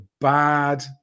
bad